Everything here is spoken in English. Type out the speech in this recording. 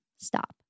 stop